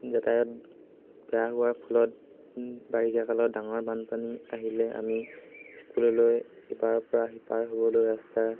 যাতায়াত বেয়া হোৱাৰ ফলত বাৰিষা কালত ডাঙৰ বানপানী আহিলে আমি স্কুললৈ ইপাৰৰ পৰা শিপাৰ হ'বলৈ ৰাস্তাৰ